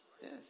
Yes